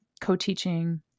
co-teaching